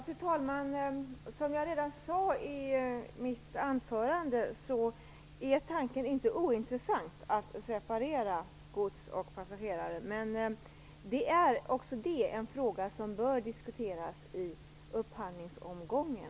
Fru talman! Som jag sade i mitt anförande är tanken att separera gods och passagerare inte ointressant, men hur det i så fall skall gå till bör då diskuteras i upphandlingsomgången.